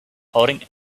holding